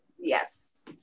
Yes